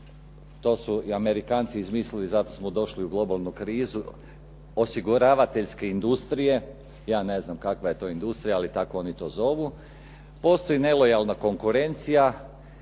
to su i Amerikanci izmislili, zato smo došli u globalnu krizu, osiguravateljske industrije, ja ne znam kakva je to industrija, ali tako oni to zovu, postoji nelojalna konkurencija